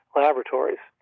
laboratories